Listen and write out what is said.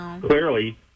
clearly